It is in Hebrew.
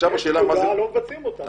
יש פקודה אך לא מבצעים אותה.